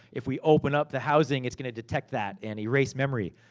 if we open up the housing, it's gonna detect that, and erase memory.